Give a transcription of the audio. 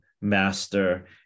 master